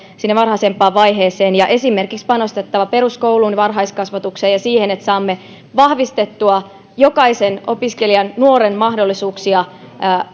sinne varhaisempaan vaiheeseen ja esimerkiksi panostettava peruskouluun varhaiskasvatukseen ja siihen että saamme vahvistettua jokaisen opiskelijan nuoren mahdollisuuksia